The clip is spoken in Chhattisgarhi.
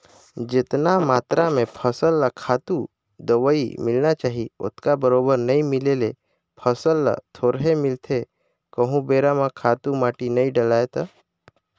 जेतना मातरा में फसल ल खातू, दवई मिलना चाही ओतका बरोबर नइ मिले ले फसल ल थोरहें मिलथे कहूं बेरा म खातू माटी नइ डलय ता